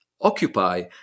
occupy